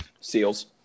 seals